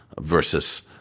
versus